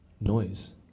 noise